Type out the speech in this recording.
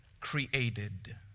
created